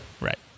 Right